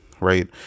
right